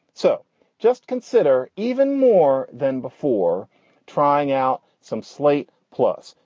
so just consider even more than before trying out some slate. plus,